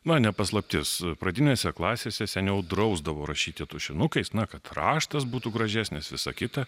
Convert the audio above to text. na ne paslaptis pradinėse klasėse seniau drausdavo rašyti tušinukais na kad raštas būtų gražesnis visa kita